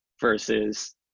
versus